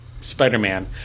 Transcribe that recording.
Spider-Man